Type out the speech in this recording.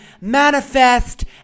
manifest